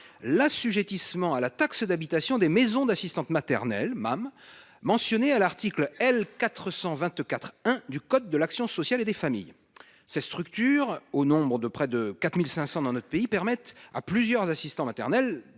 l’assujettissement à la taxe d’habitation des maisons d’assistants maternels (MAM), mentionnées à l’article L. 424 1 du code de l’action sociale et des familles. Ces structures, au nombre de 4 500 dans notre pays, permettent à plusieurs assistants maternels